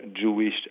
Jewish